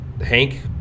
Hank